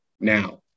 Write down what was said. now